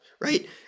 right